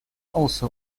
also